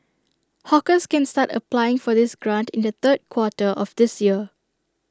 hawkers can start applying for this grant in the third quarter of this year